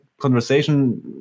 conversation